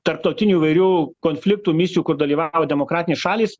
tarptautinių įvairių konfliktų misijų kur dalyvavo demokratinės šalys